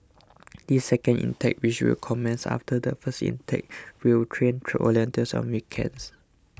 the second intake which will commence after the first intake will train volunteers on weekends